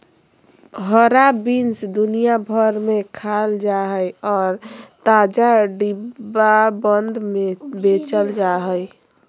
हरा बीन्स दुनिया भर में खाल जा हइ और ताजा, डिब्बाबंद में बेचल जा हइ